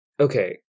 Okay